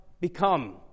become